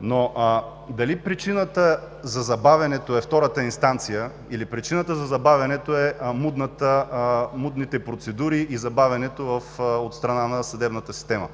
но дали причината за забавянето е втората инстанция, или причината за забавянето са мудните процедури и забавянето от страна на съдебната система.